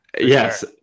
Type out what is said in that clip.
Yes